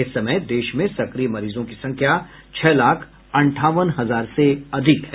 इस समय देश में सक्रिय मरीजों की संख्या छह लाख अंठावन हजार से अधिक है